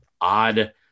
odd